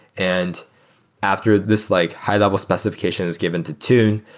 and after this like high-level specification is given to tune,